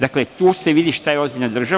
Dakle, tu se vidi šta je ozbiljna država.